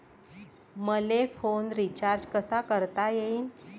मले phone recharge कसा करता येईन?